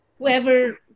whoever